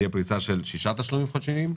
תהיה פריסה של שישה תשלומים חודשיים,